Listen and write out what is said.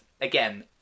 again